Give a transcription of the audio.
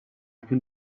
can